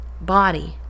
body